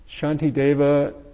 Shantideva